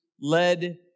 led